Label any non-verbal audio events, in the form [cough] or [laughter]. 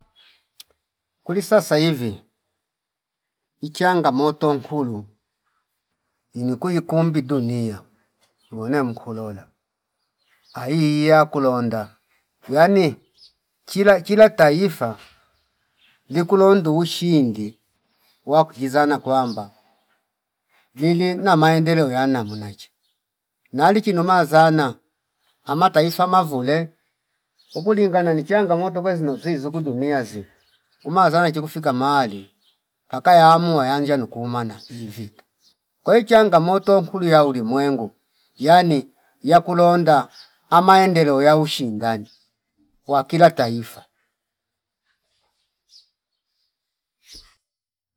[noise] Kuli sasa hivi ni ichangamoto nkulu ini kuikumbi dunia wina mukolola aiiya kulonda yani chila chila taifa [noise] nikulo ndushindi wa kukizana kwamba mile na maendeleo yana munacha nali chino mazana amatisa mavule [noise] ukulingana ni changamoto kwezino mzizu kudunia zi umazana ichi kufika mali paka yaamua yanjia nukumana mzivita kwa hio ichangamoto nkulia ulimwengu yani yakulonda [noise] ama endeleo yaushindani wakila taifa [noise]